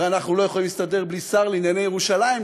ואנחנו לא יכולים להסתדר בלי שר לענייני ירושלים,